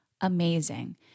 Amazing